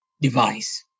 device